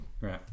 Right